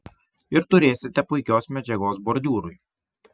ir turėsite puikios medžiagos bordiūrui